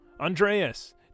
Andreas